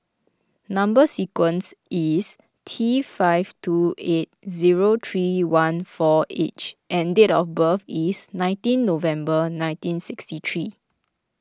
Number Sequence is T five two eight zero three one four H and date of birth is nineteen November nineteen sixty three